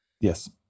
Yes